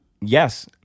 Yes